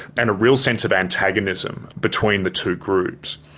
and a real sense of antagonism between the two groups.